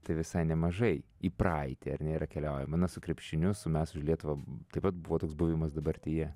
tai visai nemažai į praeitį ar ne yra keliaujama na su krepšiniu su mes už lietuvą taip pat buvo toks buvimas dabartyje